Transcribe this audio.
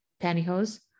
pantyhose